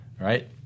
right